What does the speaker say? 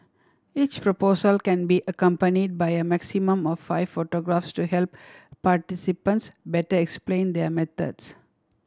each proposal can be accompany by a maximum of five photographs to help participants better explain their methods